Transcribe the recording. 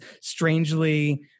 strangely